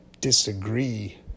disagree